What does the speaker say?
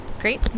great